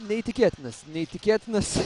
neįtikėtinas neįtikėtinas